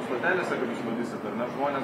stotelėse kad jūs matysit ar ne žmones